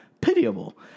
Pitiable